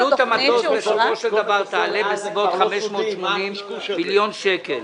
עלות המטוס בסופו של דבר תעלה בסביבות 580 מיליון שקל.